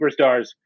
superstars